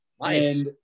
Nice